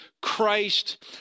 Christ